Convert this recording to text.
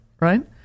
right